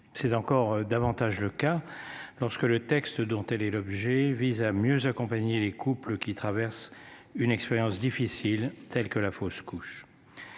c'est encore davantage le cas lorsque le texte dont elle est l'objet vise à mieux accompagner les couples qui traverse une expérience difficile tels que la fausse couche.